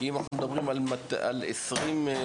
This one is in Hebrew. כי אם אנחנו מדברים על 20 רשויות